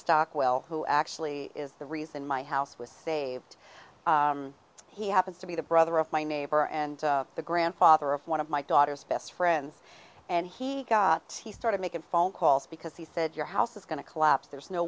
stockwell who actually is the reason my house was saved he happens to be the brother of my neighbor and the grandfather of one of my daughter's best friends and he started making phone calls because he said your house is going to collapse there's no